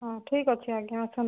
ହଁ ଠିକ୍ ଅଛି ଆଜ୍ଞା ଆସନ୍ତୁ